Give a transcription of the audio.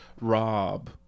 Rob